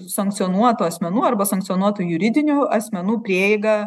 sankcionuotų asmenų arba sankcionuotų juridinių asmenų prieigą